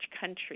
country